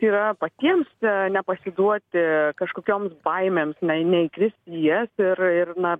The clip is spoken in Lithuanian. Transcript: tai yra patiems nepasiduoti kažkokioms baimėms ne ne neįkristi į jas ir ir na